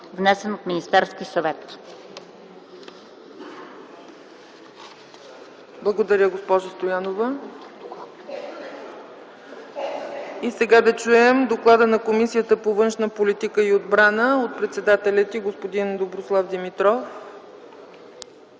внесен от Министерския съвет.”